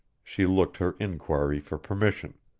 she looked her inquiry for permission.